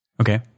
Okay